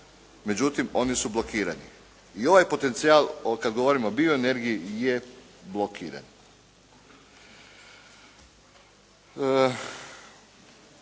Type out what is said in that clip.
Međutim, oni su blokirani. I ovaj potencijal kad govorimo o bioenergiji je blokiran.